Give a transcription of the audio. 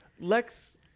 Lex